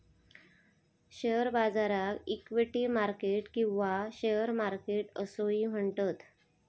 share बाजाराक equity market किंवा share market असोही म्हणतत